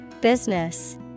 Business